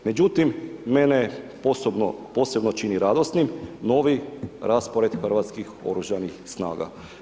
Međutim, mene posebno čini radosnim novi raspored hrvatskih oružanih snaga.